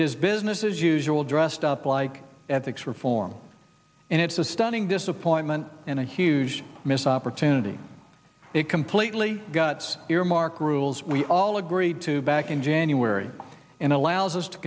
is business as usual dressed up like ethics reform and it's a stunning disappointment and a huge missed opportunity it completely guts earmark rules we all agreed to back in january and allows us to